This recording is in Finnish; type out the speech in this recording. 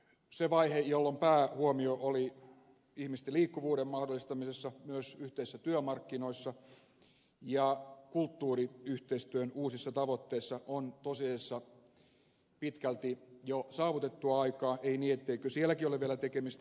se vaihe jolloin päähuomio oli ihmisten liikkuvuuden mahdollistamisessa myös yhteisissä työmarkkinoissa ja kulttuuriyhteistyön uusissa tavoitteissa on tosiasiassa pitkälti jo saavutettua aikaa ei niin ettei sielläkin ole vielä tekemistä